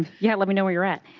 yeah, let me know where you are at.